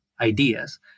ideas